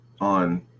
on